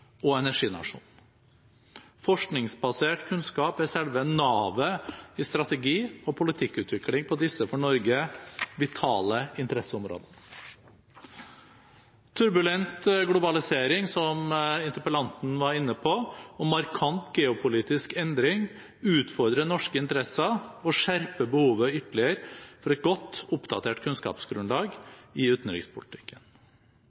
og energinasjon. Forskningsbasert kunnskap er selve navet i strategi- og politikkutvikling på disse vitale interesseområdene for Norge. Turbulent globalisering, som interpellanten var inne på, og markant geopolitisk endring utfordrer norske interesser og skjerper behovet ytterligere for et godt oppdatert